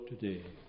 today